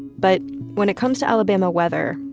but when it comes to alabama weather,